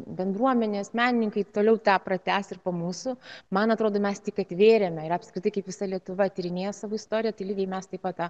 bendruomenės menininkai toliau pratęs ir po mūsų man atrodo mes tik atvėrėme ir apskritai kaip visa lietuva tyrinėjo savo istoriją tai lygiai mes taip pat tą